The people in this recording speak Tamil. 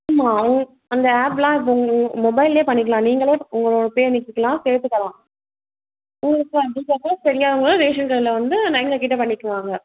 ஆமாம் அவங்க அந்த ஆப் எல்லாம் இப்போ மொ மொபைல்லையே பண்ணிக்கலாம் நீங்களே இப்போ உங்களோட பேரை நீக்கிக்கலாம் சேர்த்துக்கலாம் உங்களுக்கு அப்படி சப்போஸ் தெரியாதவங்களே ரேஷன் கடையில் வந்து ந எங்கள்கிட்ட பண்ணிக்கிறாங்க